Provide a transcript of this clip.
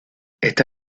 está